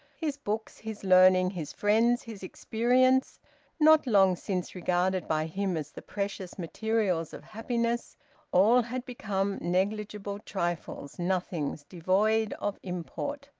his books, his learning, his friends, his experience not long since regarded by him as the precious materials of happiness all had become negligible trifles, nothings, devoid of import.